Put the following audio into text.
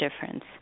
difference